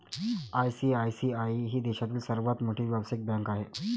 ICICI ही देशातील सर्वात मोठी व्यावसायिक बँक आहे